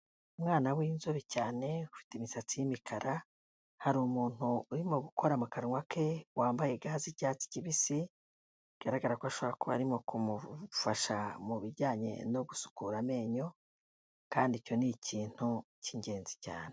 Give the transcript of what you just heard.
Umwana w'inzobe cyane ufite imisatsi y'imikara, hari umuntu urimo gukora mu kanwa ke wambaye ga z'icyatsi kibisi bigaragara ko ashobora arimo kumufasha mubijyanye no gusukura amenyo, kandi icyo ni ikintu cy'ingenzi cyane.